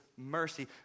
mercy